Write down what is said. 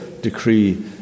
decree